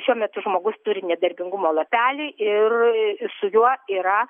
šiuo metu žmogus turi nedarbingumo lapelį ir su juo yra